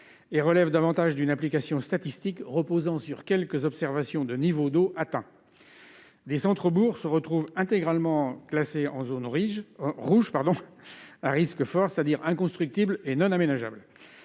et relève davantage d'une application statistique reposant sur quelques observations de niveaux d'eau atteints. Des centres-bourgs se retrouvent intégralement classés en zone rouge, à risque fort, c'est-à-dire inconstructibles et non aménageables.